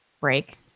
break